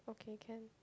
okay can